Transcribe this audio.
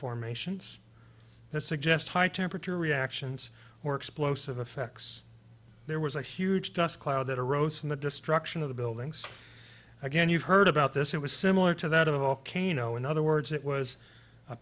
formations that suggest high temperature reactions or explosive effects there was a huge dust cloud that arose from the destruction of the buildings again you've heard about this it was similar to that of all kaino in other words it was a